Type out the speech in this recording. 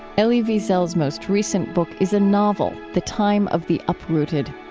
elie wiesel's most recent book is a novel, the time of the uprooted.